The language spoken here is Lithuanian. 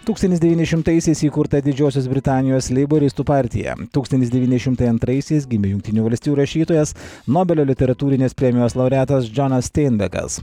tūkstantis devyni šimtaisiais įkurta didžiosios britanijos leiboristų partiją tūkstantis devyni šimtai antraisiais gimė jungtinių valstijų rašytojas nobelio literatūrinės premijos laureatas džonas steinbekas